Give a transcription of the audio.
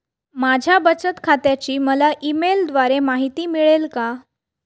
माझ्या बचत खात्याची मला ई मेलद्वारे माहिती मिळेल का?